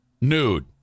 nude